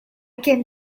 can